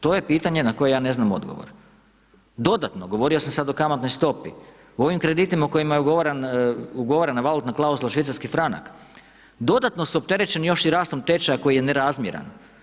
To je pitanje na koje ja ne znam odgovor. dodatno, govorio sam sad o kamatnoj stopi, u ovim kreditima u kojima je ugovarana valutna klauzula švicarski franak, dodatno su opterećeni još i rastom tečaja koji je nerazmjeran.